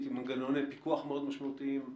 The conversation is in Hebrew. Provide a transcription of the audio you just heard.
עם מנגנוני פיקוח משמעותיים מאוד.